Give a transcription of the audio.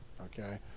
okay